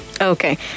Okay